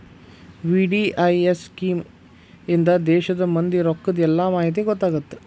VDIS scheme ಇಂದಾ ದೇಶದ್ ಮಂದಿ ರೊಕ್ಕದ್ ಎಲ್ಲಾ ಮಾಹಿತಿ ಗೊತ್ತಾಗತ್ತ